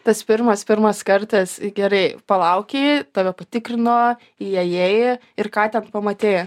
tas pirmas pirmas kartas gerai palaukei tave patikrino įėjai ir ką ten pamatei